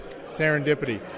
Serendipity